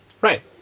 Right